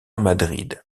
madrid